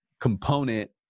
component